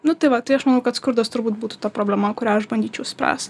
nu tai va tai aš manau kad skurdas turbūt būtų ta problema kurią aš bandyčiau spręst